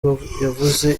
yavuze